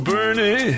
Bernie